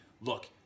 look